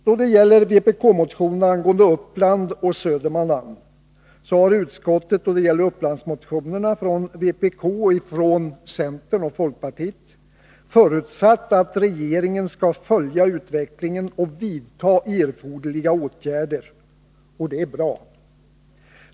Då det gäller vpk-motionen angående Uppland och Södermanland har utskottet i fråga om Upplandsmotionerna från vpk och från centern och folkpartiet förutsatt att regeringen skall följa utvecklingen och vidta erforderliga åtgärder, och det är bra.